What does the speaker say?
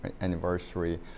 anniversary